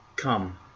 come